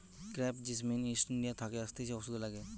crepe jasmine East India থাকে আসতিছে ওষুধে লাগে